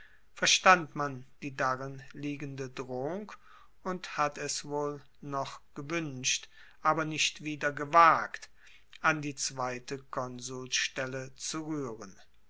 verstand man die darin liegende drohung und hat es wohl noch gewuenscht aber nicht wieder gewagt an die zweite konsulstelle zu ruehren